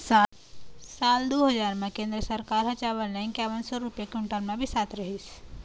साल दू हजार म केंद्र सरकार ह चना ल इंकावन सौ रूपिया कोंटल म बिसात रहिस